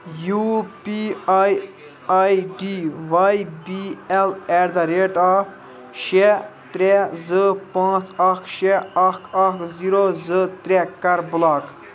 U P I I D Y B L at the rate of شےٚ ترٚےٚ زٕ پانٛژھ اَکھ شےٚ اَکھ اَکھ زیٖرو زٕ ترٛےٚ کَر بُلاک